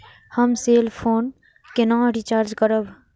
हम cell phone केना recharge करब?